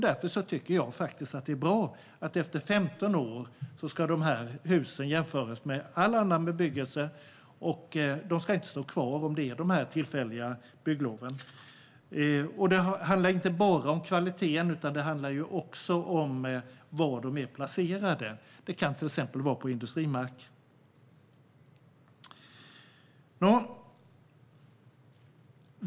Därför är det bra att dessa hus ska jämföras med all annan bebyggelse efter 15 år, och de ska inte stå kvar om det handlar om dessa tillfälliga bygglov. Det handlar inte bara om kvaliteten utan om var de är placerade. Det kan till exempel vara på industrimark.